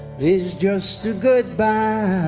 is just a goodbye.